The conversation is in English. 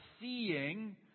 seeing